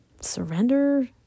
surrender